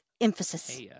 emphasis